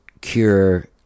Cure